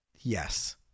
Yes